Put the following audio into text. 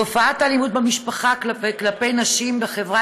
תופעת האלימות במשפחה כלפי נשים בחברה